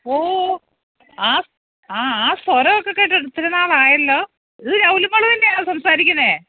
ഓഹ് അ ആ സ്വരം ഒക്കെ കേട്ടിട്ട് ഒത്തിരി നാളായല്ലോ ഇത് ലൗലി മോൾ തന്നെയാണോ സംസാരിക്കുന്നത്